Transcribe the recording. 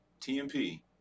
TMP